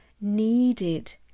needed